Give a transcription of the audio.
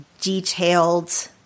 detailed